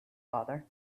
father